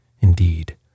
Indeed